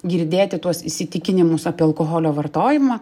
girdėti tuos įsitikinimus apie alkoholio vartojimą